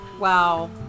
Wow